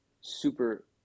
super